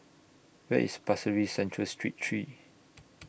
Where IS Pasir Ris Central Street three